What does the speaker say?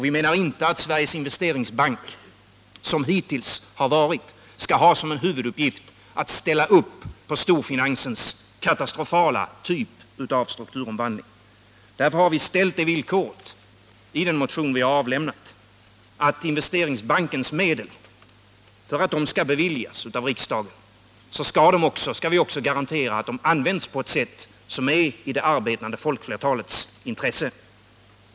Vi menar inte att Sveriges Investeringsbank som hittills varit fallet skall ha som en huvuduppgift att ställa upp för storfinansens katastrofala typ av strukturomvandling. Därför har vi ställt det villkoret i den motion vi avlämnat att för att riksdagen skall ge Investeringsbanken ökade resurser skall garanti lämnas att de används på ett sätt som är i det arbetande folkets, i flertalets intressen.